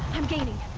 i'm gaining!